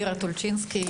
אירה טולצ'ינסקי,